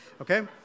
okay